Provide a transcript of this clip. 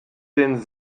den